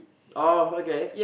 oh okay